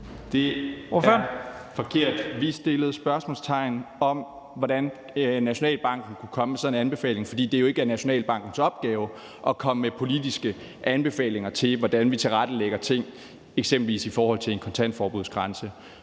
Det er forkert. Vi satte spørgsmålstegn ved, hvordan Nationalbanken kunne komme med sådan en anbefaling, fordi det jo ikke er Nationalbankens opgave at komme med politiske anbefalinger til, hvordan vi tilrettelægger tingene, eksempelvis i forhold til en kontantforbudsgrænse.